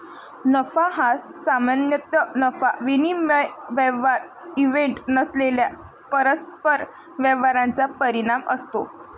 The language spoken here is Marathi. नफा हा सामान्यतः नफा विनिमय व्यवहार इव्हेंट नसलेल्या परस्पर व्यवहारांचा परिणाम असतो